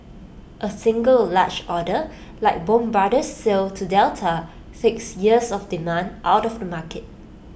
A single large order like Bombardier's sale to Delta six years of demand out of the market